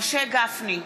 משה גפני,